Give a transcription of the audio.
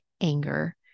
anger